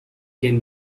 can